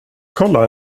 kolla